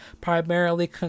primarily